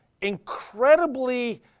incredibly